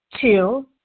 Two